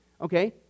okay